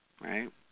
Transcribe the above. right